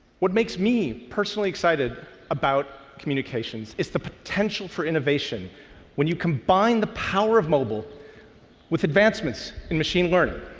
what makes me personally excited about communications is the potential for innovation when you combine the power of mobile with advancements in machine learning.